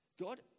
God